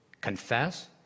Confess